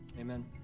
Amen